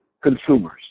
consumers